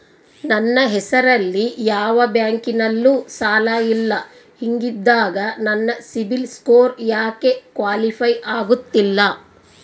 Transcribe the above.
ನನ್ನ ಹೆಸರಲ್ಲಿ ಯಾವ ಬ್ಯಾಂಕಿನಲ್ಲೂ ಸಾಲ ಇಲ್ಲ ಹಿಂಗಿದ್ದಾಗ ನನ್ನ ಸಿಬಿಲ್ ಸ್ಕೋರ್ ಯಾಕೆ ಕ್ವಾಲಿಫೈ ಆಗುತ್ತಿಲ್ಲ?